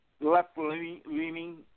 left-leaning